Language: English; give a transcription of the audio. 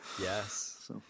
Yes